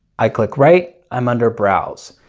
i click right i'm under browse